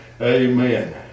Amen